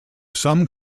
some